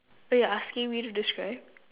so you're asking me to describe